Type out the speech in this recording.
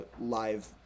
live